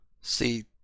See